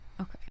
Okay